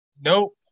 Nope